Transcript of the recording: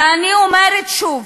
ואני אומרת שוב,